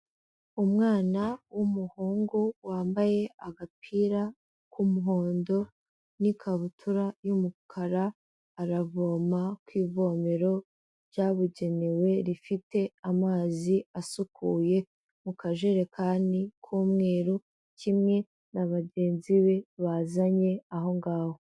Umwana w'umuhungu wambaye agapira k'umuhondo n'ikabutura y'umukara, aravoma ku ivomero ryabugenewe rifite amazi asukuye mu kajerekani k'umweru, kimwe na bagenzi be bazanye aho ngaho.